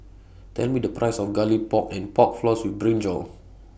Tell Me The Price of Garlic Pork and Pork Floss with Brinjal